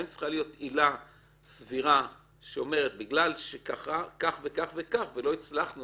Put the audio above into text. האם צריכה להיות עילה סבירה שאומרת שבגלל כך וכך לא הצלחנו